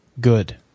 good